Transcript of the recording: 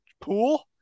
pool